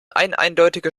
eineindeutige